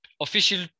official